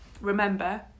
remember